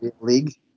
League